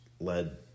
led